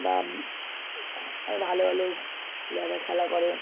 বা আরও ভালো ভালো প্লেয়াররা খেলা করে